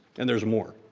and there's more,